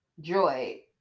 joy